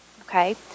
Okay